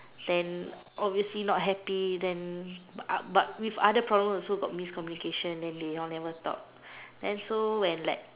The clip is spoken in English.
then obviously not happy then uh but with other problem also got miscommunication then they all never talk then so when like